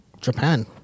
Japan